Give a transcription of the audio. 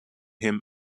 him